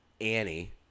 Annie